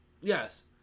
Yes